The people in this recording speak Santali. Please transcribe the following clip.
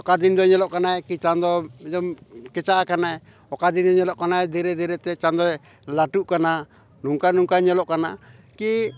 ᱚᱠᱟ ᱫᱤᱱ ᱫᱚ ᱧᱮᱞᱚᱜ ᱠᱟᱱᱟᱭ ᱠᱤ ᱪᱟᱸᱫᱚ ᱮᱠᱫᱚᱢ ᱠᱮᱪᱟᱜ ᱟᱠᱟᱱᱟᱭ ᱚᱠᱟ ᱫᱤᱱᱮ ᱧᱮᱞᱚᱜ ᱠᱟᱱᱟᱭ ᱫᱷᱤᱨᱮ ᱫᱷᱤᱨᱮ ᱛᱮ ᱪᱟᱸᱫᱚᱭ ᱞᱟᱹᱴᱩᱜ ᱠᱟᱱᱟ ᱱᱚᱝᱠᱟ ᱱᱚᱝᱠᱟ ᱧᱮᱞᱚᱜ ᱠᱟᱱᱟ ᱠᱤ